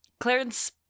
Clarence